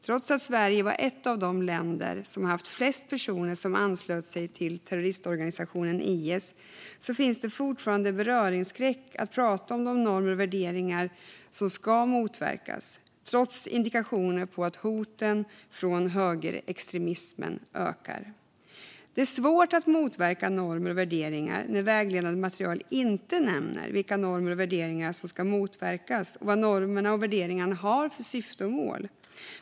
Trots att Sverige var ett av de länder i Europa som hade flest personer som anslöt sig till terrororganisationen IS finns det fortfarande en beröringsskräck och en ovilja att prata om de normer och värderingar som ska motverkas. Detta trots indikationer på att hoten från högerextremismen ökar. Det är svårt att motverka normer och värderingar när vägledande material inte nämner vilka normer och värderingar som ska motverkas och vad normerna och värderingarna har för syfte och mål.